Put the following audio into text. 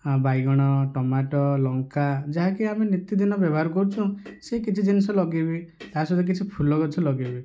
ବାଇଗଣ ଟମାଟୋ ଲଙ୍କା ଯାହାକି ଆମେ ନୀତିଦିନ ବ୍ୟବହାର କରୁଛୁ ସେହି କିଛି ଜିନିଷ ଲଗେଇବି ତା ସହିତ କିଛି ଫୁଲ ଗଛ ଲଗେଇବି